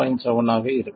7 V ஆக இருக்கும்